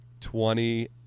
Twenty